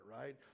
right